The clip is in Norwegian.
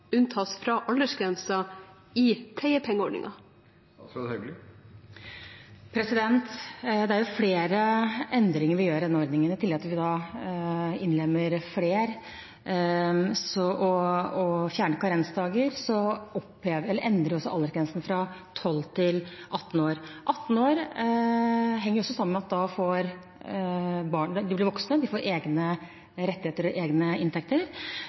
unntas fra aldersgrensen i pleiepengeordningen? Det er flere endringer vi gjør i denne ordningen. I tillegg til at vi innlemmer flere og fjerner karensdager, endres aldersgrensen fra 12 år til 18 år. Når det gjelder 18 år, henger det sammen med at da blir barna voksne og får egne rettigheter og egne inntekter.